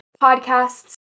podcasts